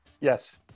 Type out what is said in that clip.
Yes